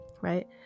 right